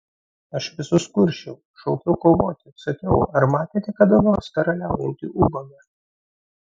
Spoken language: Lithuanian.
aš visus kursčiau šaukiau kovoti sakiau ar matėte kada nors karaliaujantį ubagą